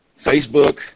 Facebook